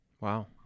Wow